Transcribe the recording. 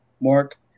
mark